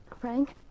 Frank